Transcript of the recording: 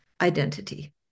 identity